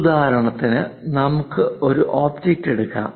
ഉദാഹരണത്തിന് നമുക്ക് ഈ ഒബ്ജക്റ്റ് എടുക്കാം